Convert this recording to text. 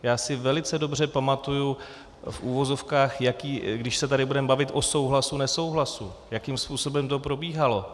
Já si velice dobře pamatuji v uvozovkách, když se tady budeme bavit o souhlasu, nesouhlasu, jakým způsobem to probíhalo.